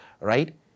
right